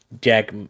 Jack